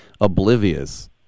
oblivious